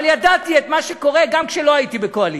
אבל ידעתי מה שקורה גם כשלא הייתי בקואליציה.